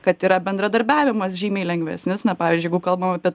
kad yra bendradarbiavimas žymiai lengvesnis na pavyzdžiui jeigu kalbam apie